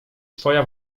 twoja